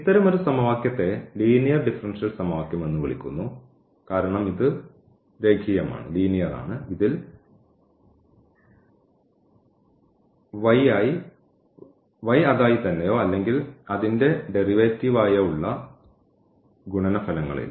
ഇത്തരമൊരു സമവാക്യത്തെ linear differential സമവാക്യം എന്ന് വിളിക്കുന്നു കാരണം ഇത് രേഖീയമാണ് ഇതിൽ അതായി തന്നെയോ അല്ലെങ്കിൽ അതിൻറെ ഡെറിവേറ്റീവായോ ഉള്ള ഗുണനഫലങ്ങൾ ഇല്ല